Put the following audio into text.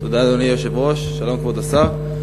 תודה, אדוני היושב-ראש, שלום, כבוד השר.